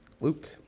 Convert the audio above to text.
Luke